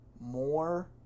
more